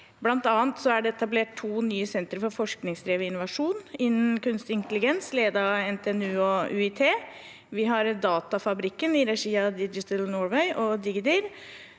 bl.a. blitt etablert to nye senter for forskningsdrevet innovasjon innenfor kunstig intelligens, ledet av NTNU og UiT. Vi har Datafabrikken, i regi av Digital Norway og Digdir,